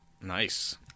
Nice